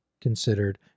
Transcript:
considered